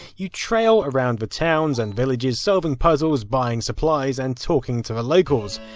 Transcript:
you trail around but towns and villages, solving puzzles, buying supplies and talking to the locals.